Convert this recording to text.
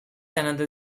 another